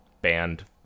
band